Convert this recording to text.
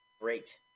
Great